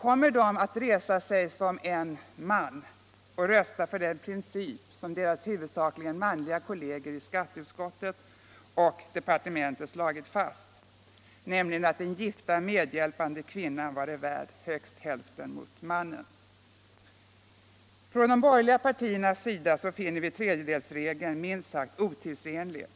Kommer de att resa sig upp som en man och rösta för den princip som deras huvudsakligen manliga kolleger i skatteutskott och departement har slagit fast, nämligen att den gifta medhjälpande kvinnan vare värd högst hälften mot mannen? Från de borgerliga partiernas sida finner vi tredjedelsregeln minst sagt otidsenlig